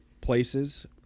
places